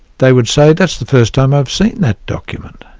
they would say that's the first time i've seen that document.